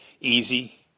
easy